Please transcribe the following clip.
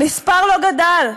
המספר לא גדל,